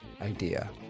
idea